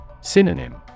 Synonym